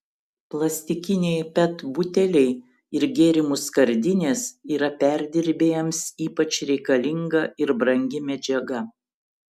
plastikiniai pet buteliai ir gėrimų skardinės yra perdirbėjams ypač reikalinga ir brangi medžiaga